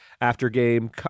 after-game